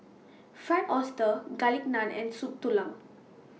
Fried Oyster Garlic Naan and Soup Tulang